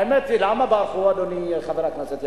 האמת היא, למה ברחו, אדוני, חבר הכנסת יעקב?